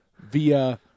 via